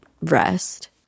rest